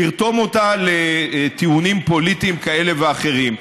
לרתום אותה לטיעונים פוליטיים כאלה ואחרים.